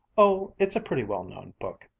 oh, it's a pretty well-known book,